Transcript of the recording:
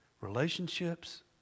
relationships